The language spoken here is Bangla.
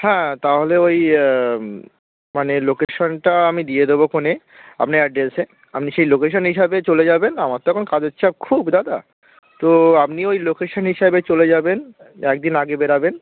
হ্যাঁ তাহলে ওই মানে লোকেশানটা আমি দিয়ে দেবোখনে আপনার অ্যাড্রেসে আপনি সেই লোকেশান হিসাবে চলে যাবেন আমার তো এখন কাজের চাপ খুব দাদা তো আপনি ওই লোকেশান হিসাবে চলে যাবেন এক দিন আগে বেরাবেন